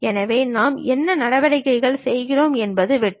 எனவே நாம் என்ன நடவடிக்கைகள் செய்கிறோம் என்பது வெட்டு